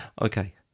Okay